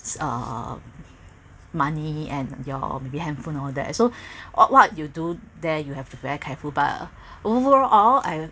um money and your maybe handphone all that so what what you do there you'll have to very careful but overall I